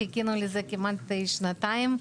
חיכינו לזה כמעט שנתיים.